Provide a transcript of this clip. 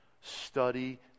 study